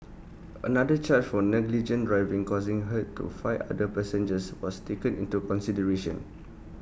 another charge for negligent driving causing hurt to five other passengers was taken into consideration